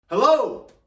Hello